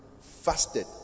fasted